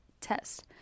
test